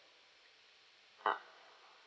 ah